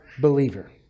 believer